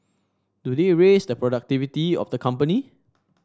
do they raise the productivity of the company